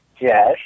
Yes